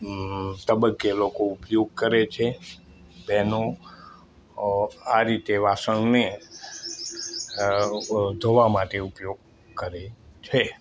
અં તબક્કે લોકો ઉપયોગ કરે છે તેનો અ આ રીતે વાસણને અ ધોવા માટે ઉપયોગ કરે છે